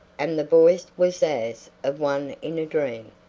and the voice was as of one in a dream,